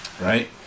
right